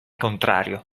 contrario